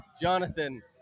Jonathan